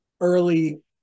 early